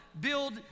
build